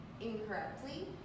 incorrectly